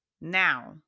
Now